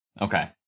okay